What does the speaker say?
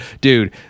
dude